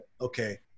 okay